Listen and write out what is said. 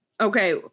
Okay